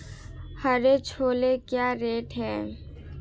हरे छोले क्या रेट हैं?